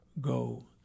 go